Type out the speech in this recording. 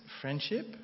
friendship